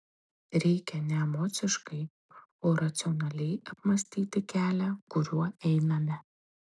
reikia ne emociškai o racionaliai apmąstyti kelią kuriuo einame